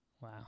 Wow